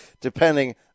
depending